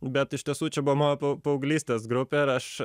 bet iš tiesų čia buvo mano pa paauglystės grupė ir aš